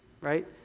right